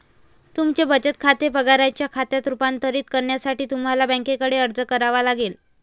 तुमचे बचत खाते पगाराच्या खात्यात रूपांतरित करण्यासाठी तुम्हाला बँकेकडे अर्ज करावा लागेल